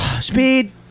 Speed